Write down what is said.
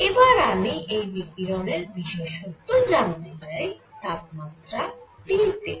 এবার আমি এই বিকিরণের বিশেষত্ব জানতে চাই তাপমাত্রা T তে